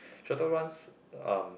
shuttle runs um